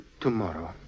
Tomorrow